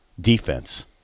defense